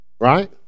right